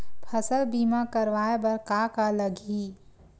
फसल बीमा करवाय बर का का लगही?